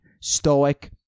Stoic